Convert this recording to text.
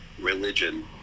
religion